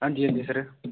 हां जी हां जी सर